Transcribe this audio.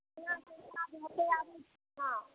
हँ